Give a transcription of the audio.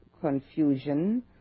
confusion